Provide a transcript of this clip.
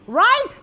right